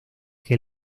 que